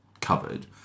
covered